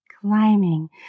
climbing